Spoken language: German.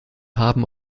haben